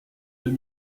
deux